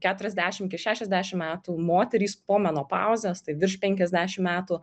keturiasdešim iki šešiasdešim metų moterys po menopauzės tai virš penkiasdešim metų